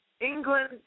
England